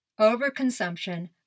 overconsumption